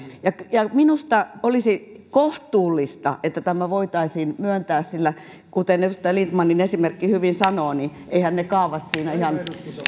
minusta olisi kohtuullista että tämä voitaisiin myöntää sillä kuten edustaja lindtmanin esimerkki hyvin sanoo eiväthän ne kaavat siinä ihan